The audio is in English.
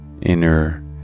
inner